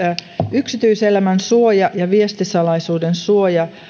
yksityiselämän suoja ja viestisalaisuuden suoja